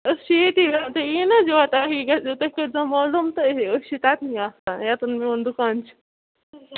أسۍ چھِ ییٚتی تۄہہِ یِیِو نَہ حظ یور تۄہہِ کٔرزیو معلوم تہٕ أسۍ چھِ تتینی آسان ییتن میون دُکان چھُ